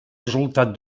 resultat